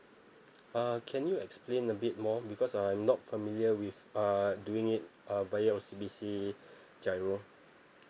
err can you explain a bit more because I'm not familiar with err doing it err via O C B C giro